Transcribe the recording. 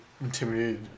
intimidated